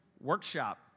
workshop